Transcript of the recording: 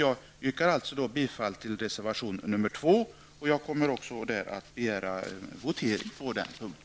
Jag yrkar alltså bifall till reservation 2, och jag kommer också att begära votering på den punkten.